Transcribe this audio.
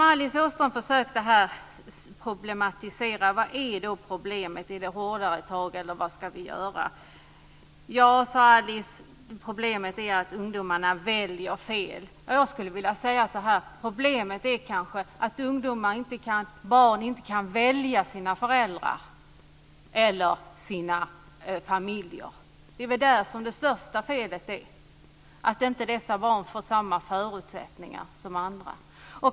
Alice Åström försökte problematisera detta. Behövs det hårdare tag, eller vad ska vi göra? Problemet, sade Alice Åström, är att ungdomarna väljer fel. Jag skulle vilja säga att problemet är att barn inte kan välja sina föräldrar eller familjer. Det största felet ligger i att dessa barn inte får samma förutsättningar som andra.